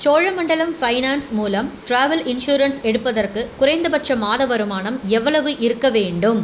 Cholamandalam finance மூலம் travel insurance எடுப்பதற்கு குறைந்தபட்ச மாத வருமானம் எவ்வளவு இருக்கவேண்டும்